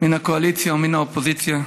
מן הקואליציה ומן האופוזיציה,